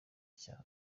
cyane